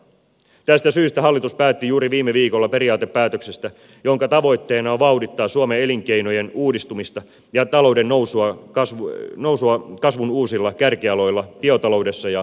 tästä syystä hallitus päätti juuri viime viikolla periaatepäätöksestä jonka tavoitteena on vauhdittaa suomen elinkeinojen uudistumista ja talouden nousua kasvun uusilla kärkialoilla biotaloudessa ja cleantechissä